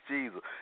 Jesus